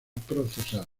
procesar